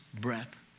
breath